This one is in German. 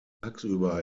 tagsüber